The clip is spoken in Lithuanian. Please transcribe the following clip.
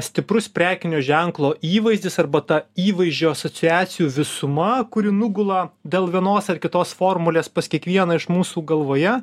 stiprus prekinio ženklo įvaizdis arba ta įvaizdžio asociacijų visuma kuri nugula dėl vienos ar kitos formulės pas kiekvieną iš mūsų galvoje